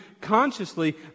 consciously